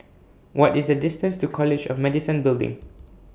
What IS The distance to College of Medicine Building